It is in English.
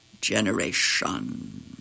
generation